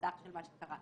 הסך של מה שקרה.